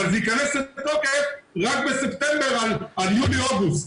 אבל זה ייכנס לתוקף רק בספטמבר על יולי-אוגוסט'.